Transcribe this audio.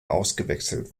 ausgewechselt